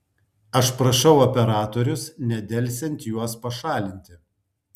aš prašau operatorius nedelsiant juos pašalinti